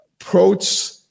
approach